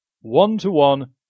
One-to-one